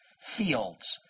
fields